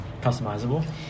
customizable